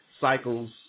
cycles